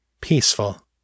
peaceful